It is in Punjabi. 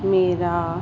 ਮੇਰਾ